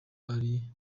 ari